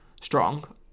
strong